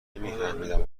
نمیفهمیدم